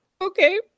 Okay